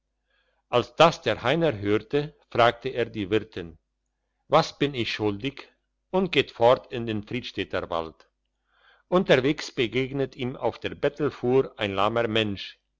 als das der heiner hörte fragt er die wirtin was bin ich schuldig und geht fort in den fridstädter wald unterwegs begegnet ihm auf der bettelfuhr ein lahmer mensch